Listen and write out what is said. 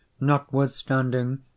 Notwithstanding